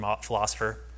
philosopher